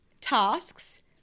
tasks